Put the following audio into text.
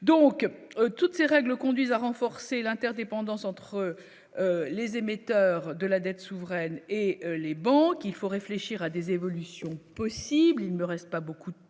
aucun toutes ces règles conduisent à renforcer l'interdépendance entre les émetteurs de la dette souveraine et les banques, il faut réfléchir à des évolutions possibles, il ne reste pas beaucoup de temps,